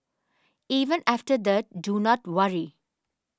even after the do not worry